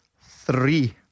Three